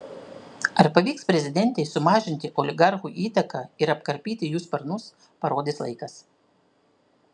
ar pavyks prezidentei sumažinti oligarchų įtaką ir apkarpyti jų sparnus parodys laikas